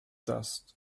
dust